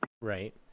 right